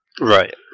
Right